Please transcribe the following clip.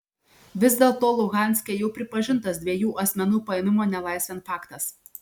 vis dėlto luhanske jau pripažintas dviejų asmenų paėmimo nelaisvėn faktas